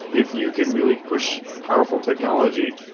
if you can really push powerful technology,